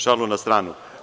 Šalu na stranu.